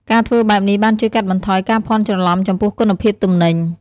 ការធ្វើបែបនេះបានជួយកាត់បន្ថយការភ័ន្តច្រឡំចំពោះគុណភាពទំនិញ។